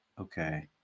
Okay